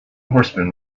horsemen